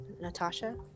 Natasha